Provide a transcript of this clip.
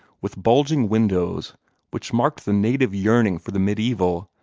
with bulging windows which marked the native yearning for the mediaeval,